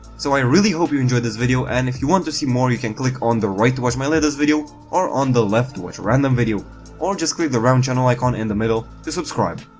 so, i really do hope you enjoyed this video and if you want to see more you can click on the right to watch my latest video or on the left to watch a random video or just click the round channel icon in the middle to subscribe.